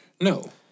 No